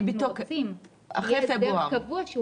אנחנו רוצים הסדר קבוע,